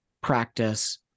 practice